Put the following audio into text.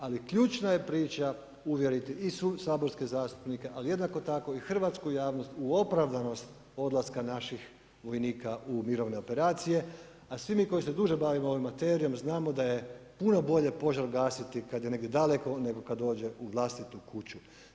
Ali ključna je priča uvjeriti i saborske zastupnike ali i jednako tako i hrvatsku javnost u opravdanost odlaska naših vojnika u mirovne operacije, a svi mi koji se duže bavimo ovom materijom znamo da je puno bolje požar gasiti kad je negdje daleko nego kad dođe u vlastitu kuću.